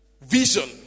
vision